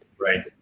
right